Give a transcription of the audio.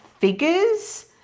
figures